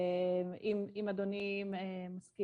זה אותו סוג של מונחים - שאנחנו קוראים להם מונחי שסתום